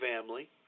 family